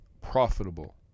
profitable